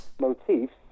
motifs